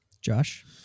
Josh